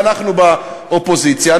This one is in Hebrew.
ואנחנו באופוזיציה,